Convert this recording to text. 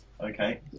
Okay